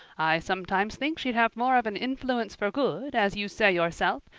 i sometimes think she'd have more of an influence for good, as you say yourself,